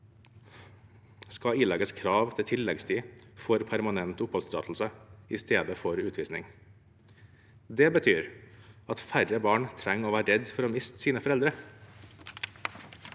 skal ilegges krav til tilleggstid for permanent oppholdstillatelse i stedet for utvisning. Det betyr at færre barn trenger å være redde for å miste sine foreldre.